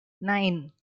nine